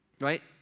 right